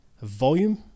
volume